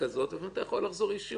ולפעמים אתה יכול לחזור ישירות אליו.